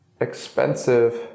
expensive